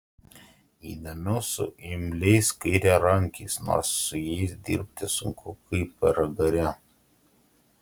įdomiau su imliais kairiarankiais nors su jais dirbti sunku kaip pragare